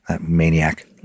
Maniac